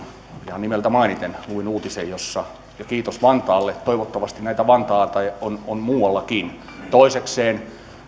ihan nimeltä mainiten luin uutisen ja kiitos vantaalle toivottavasti näitä vantaita on muuallakin toisekseen